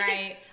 Right